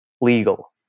legal